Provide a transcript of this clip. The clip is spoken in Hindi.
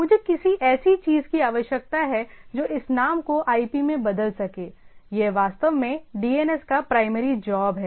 मुझे किसी ऐसी चीज की आवश्यकता है जो इस नाम को आईपी में बदल सके यह वास्तव में डीएनएस का प्राइमरी जॉब है